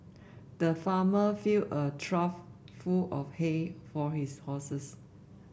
the farmer filled a trough full of hay for his horses